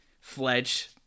Fledge